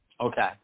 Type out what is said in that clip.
Okay